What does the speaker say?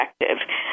effective